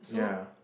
ya